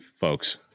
folks